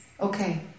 Okay